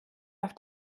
auf